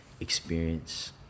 experience